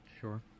Sure